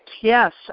Yes